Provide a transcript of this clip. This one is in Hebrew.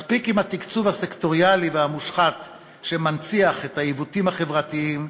מספיק עם התקצוב הסקטוריאלי והמושחת שמנציח את העיוותים החברתיים,